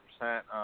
percent